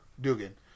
Dugan